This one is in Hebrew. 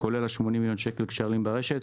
כולל 80 מיליון שקל קשרים ברשת.